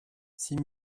six